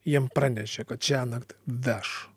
jiem pranešė kad šiąnakt veš